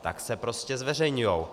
Tak se prostě zveřejňují.